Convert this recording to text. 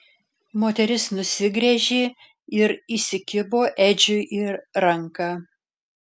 moteris nusigręžė ir įsikibo edžiui į ranką